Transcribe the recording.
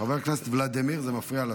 חבר הכנסת ולדימיר, זה מפריע לשר.